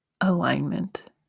alignment